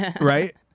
Right